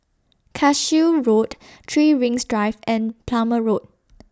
Cashew Road three Rings Drive and Plumer Road